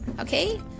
Okay